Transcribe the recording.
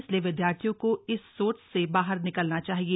इसलिए विद्यार्थियों को इस सोच से बाहर निकलना चाहिए